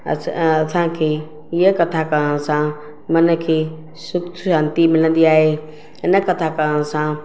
अस असांखे हीअ कथा करणु सां मन खे सुखु शांती मिलंदी आहे इन कथा करणु सां